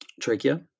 trachea